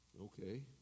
Okay